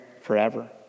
forever